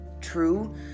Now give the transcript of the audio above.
true